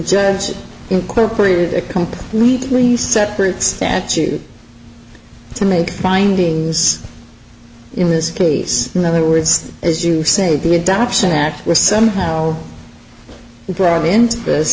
judge incorporeal a completely separate statute to make findings in this case in other words as you say the adoption act was somehow thrown into this